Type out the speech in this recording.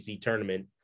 tournament